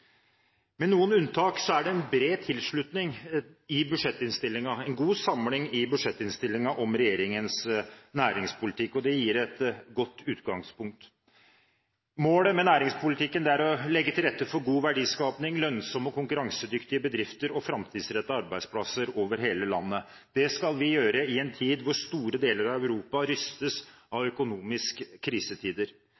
Med noen unntak er det bred tilslutning – en god samling – i budsjettinnstillingen om regjeringens næringspolitikk. Det gir et godt utgangspunkt. Målet med næringspolitikken er å legge til rette for god verdiskaping, lønnsomme og konkurransedyktige bedrifter og framtidsrettede arbeidsplasser over hele landet. Det skal vi gjøre i en tid da store deler av Europa rystes av